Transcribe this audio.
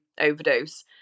overdose